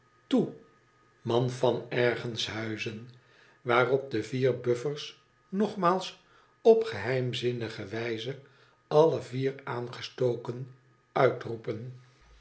toe man van ergenshuizen waarop de vier buffers nogmaals op geheimzinnige wijze alle vier aangestoken uitroepen